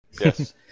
Yes